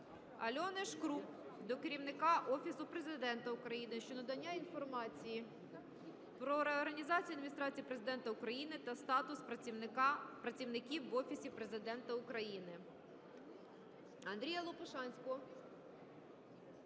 Альони Шкрум до керівника Офісу Президента України щодо надання інформації про реорганізацію Адміністрації Президента України та статус працівників в Офісі Президента України.